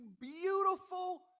beautiful